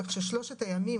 כך ששלושת הימים,